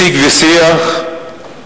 שיג ושיח,